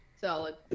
Solid